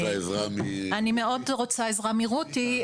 אתה רוצה עזרה --- אני מאוד רוצה עזרה מרותי.